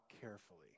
carefully